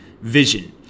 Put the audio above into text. Vision